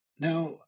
Now